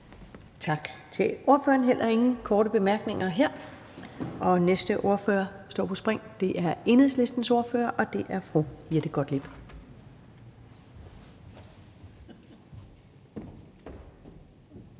Tak til ordføreren. Der er heller ingen korte bemærkninger her. Den næste ordfører står på spring. Det er Enhedslistens ordfører, og det er fru Jette Gottlieb.